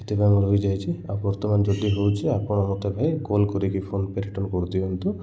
ସେଥିପାଇଁ ମୁଁ ରହିଯାଇଛି ଆଉ ବର୍ତ୍ତମାନ ଯଦି ହଉଛି ଆପଣ ମୋତେ ଭାଇ କଲ୍ କରିକି ଫୋନ୍ପେ' ରିଟର୍ନ୍ କରିଦିଅନ୍ତୁ